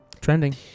Trending